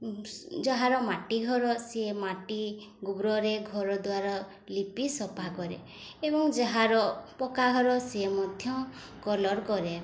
ଯାହାର ମାଟି ଘର ସିଏ ମାଟି ଗୋବରରେ ଘରଦ୍ଵାର ଲିପି ସଫା କରେ ଏବଂ ଯାହାର ପକ୍କା ଘର ସିଏ ମଧ୍ୟ କଲର୍ କରେ